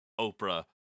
Oprah